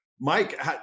Mike